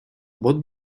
вот